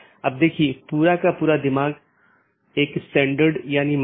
इसलिए हमारे पास BGP EBGP IBGP संचार है